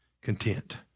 content